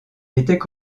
étaient